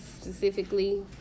specifically